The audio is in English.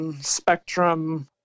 Spectrum